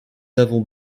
avons